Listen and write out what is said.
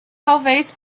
talvez